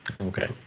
Okay